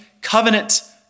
covenant